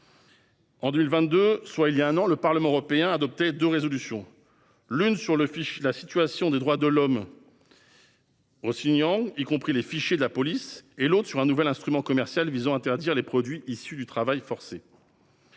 en être fière. En juin 2022, le Parlement européen adoptait deux résolutions : l'une sur la situation des droits de l'homme au Xinjiang, y compris les fichiers de la police du Xinjiang, et l'autre sur un nouvel instrument commercial visant à interdire les produits issus du travail forcé.